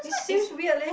it seems weird leh